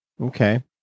Okay